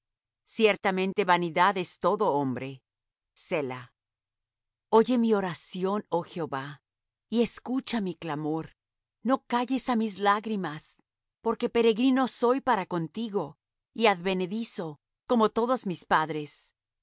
ciertamente vanidad es todo hombre selah oye mi oración oh jehová y escucha mi clamor no calles á mis lágrimas porque peregrino soy para contigo y advenedizo como todos mis padres